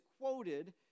quoted